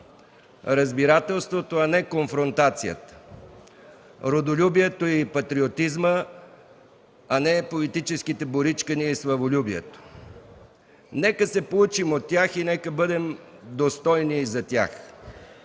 разбирателството, а не конфронтацията; родолюбието и патриотизмът, а не политическите боричкания и славолюбието. Нека се поучим от тях и нека бъдем достойни за тях.